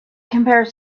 compare